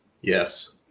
Yes